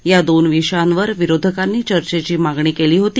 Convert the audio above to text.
या दोन विषयांवर विरोधकांनी चर्चेची मागणी केली होती